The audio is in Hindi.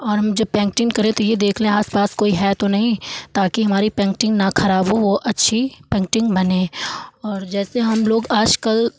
और हम जब पेंटिंग करें तो ये देख लें आसपास कोई है तो नहीं ताकि हमारी पेंटिंग ना खराब हो वो अच्छी पेंटिंग बने और जैसे हम लोग आजकल